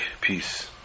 peace